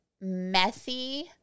messy